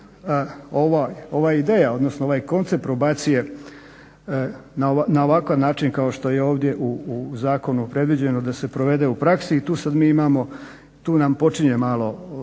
ova ideja, odnosno ovaj koncept probacije na ovakav način kao što je ovdje u zakonu predviđeno da se provede u praksi i tu sad mi imamo, tu nam počinje malo